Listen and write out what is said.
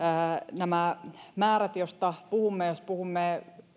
nämä määrät joista puhumme jos puhumme